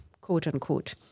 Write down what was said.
quote-unquote